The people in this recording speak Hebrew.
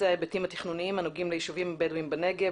ההיבטים התכנוניים הנוגעים לישובים הבדואים בנגב,